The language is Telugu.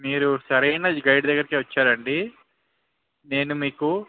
మీరూ సరైన గైడ్ దగ్గరకే వచ్చారండి నేను మీకు